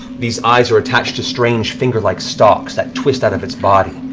these eyes are attached to strange finger-like stalks that twist out of its body.